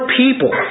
people